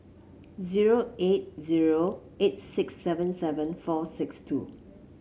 zero eight zero eight six seven seven four six two